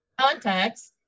contacts